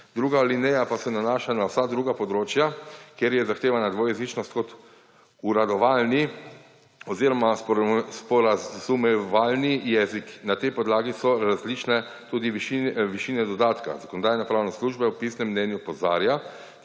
Druga alineja pa se nanaša na vsa druga področja, kjer je zahtevana dvojezičnost kot uradovalni oziroma sporazumevalni jezik. Na tej podlagi so različne tudi višine dodatka. Zakonodajno-pravna služba v pisnem mnenju opozarja,